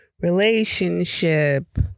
relationship